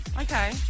Okay